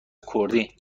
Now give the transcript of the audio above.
کردی